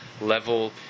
level